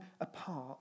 apart